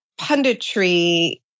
punditry